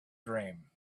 dream